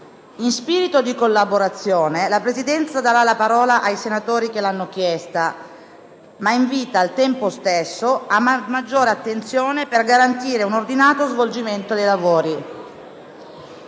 In spirito di collaborazione, la Presidenza darà la parola ai senatori che l'hanno richiesta ma invita, al tempo stesso, a una maggiore attenzione per garantire un ordinato svolgimento dei lavori.